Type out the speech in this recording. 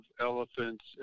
elephants